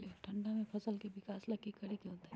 ठंडा में फसल के विकास ला की करे के होतै?